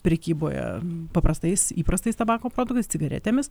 prekyboje paprastais įprastais tabako produktais cigaretėmis